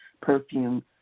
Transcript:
perfume